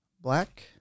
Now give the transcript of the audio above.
Black